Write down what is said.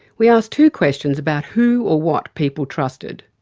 we asked two questions about who or what people trusted.